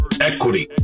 equity